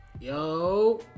yo